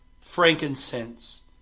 frankincense